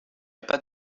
pas